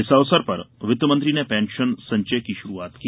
इस अवसर पर वित्तमंत्री ने पेंशन संचय की शुरूआत की